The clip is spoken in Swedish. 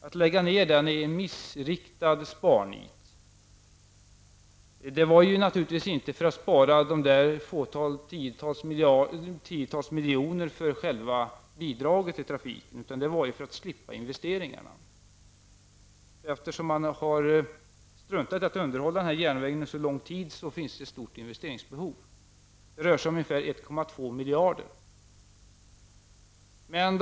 Att lägga ner den är missriktat sparnit. Det var naturligtvis inte för att spara några tiotal miljoner för bidrag till trafiken man föreslog att den skulle läggas ned, utan det var för att slippa investeringarna. Eftersom man struntat i att underhålla järnvägen under så lång tid finns ett stort investeringsbehov. Det rör sig om ungefär 1,2 miljarder kronor.